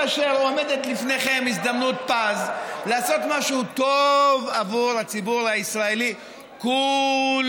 כאשר עומדת לפניכם הזדמנות פז לעשות משהו טוב עבור הציבור הישראלי כולו,